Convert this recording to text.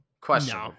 Question